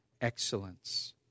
excellence